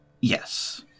Yes